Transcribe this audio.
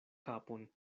kapon